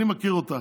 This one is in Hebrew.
אני מכיר אותך,